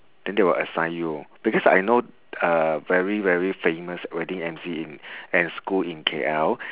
then they will assign you because I know a very very famous wedding emcee in at school in K_L